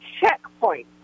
checkpoint